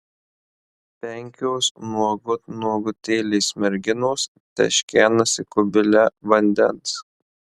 penkios nuogut nuogutėlės merginos teškenasi kubile vandens